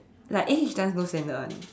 like eh dance no standard [one]